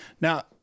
now